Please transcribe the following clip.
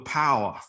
power